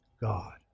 God